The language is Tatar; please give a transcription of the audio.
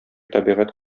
табигать